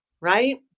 Right